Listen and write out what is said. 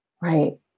right